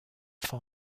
phi